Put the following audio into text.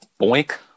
Boink